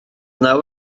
naw